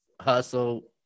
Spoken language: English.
Hustle